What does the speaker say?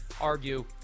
argue